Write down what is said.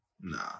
Nah